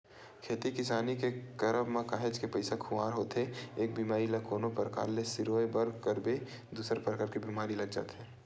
खेती किसानी के करब म काहेच के पइसा खुवार होथे एक बेमारी ल कोनो परकार ले सिरोय बर करबे दूसर परकार के बीमारी लग जाथे